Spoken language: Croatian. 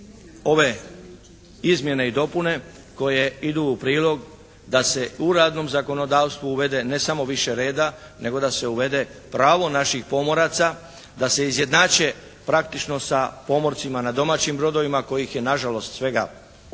ove izmjene i dopune koje idu u prilog da se u radnom zakonodavstvu uvede ne samo više reda, nego da se uvede pravo naših pomoraca, da se izjednače praktično da pomorcima na domaćim brodovima kojih je na žalost svega 5,